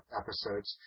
episodes